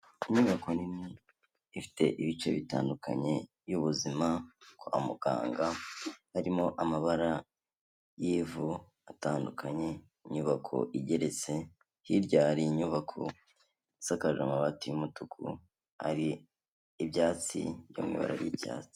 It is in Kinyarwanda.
Ku nyubako nini ifite ibice bitandukanye y'ubuzima kwa muganga, harimo amabara y'ivu atandukanye, inyubako igeretse, hirya hari inyubako isakaje amabati y'umutuku hari ibyatsi by'amabara y'icyatsi.